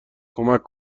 کمک